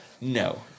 No